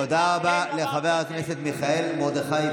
תודה רבה לחבר הכנסת מיכאל מרדכי ביטון.